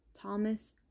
Thomas